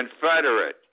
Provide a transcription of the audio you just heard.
Confederate